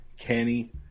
Kenny